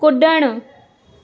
कुड॒णु